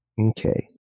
Okay